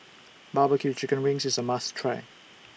Barbecue Chicken Wings IS A must Try